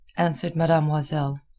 answered mademoiselle.